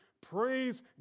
praise